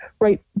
right